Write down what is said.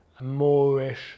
moorish